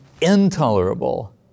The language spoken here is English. intolerable